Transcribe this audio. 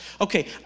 Okay